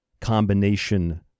combination